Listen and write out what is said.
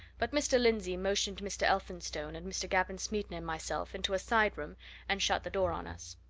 but mr. lindsey motioned mr. elphinstone, and mr. gavin smeaton, and myself into a side-room and shut the door on us.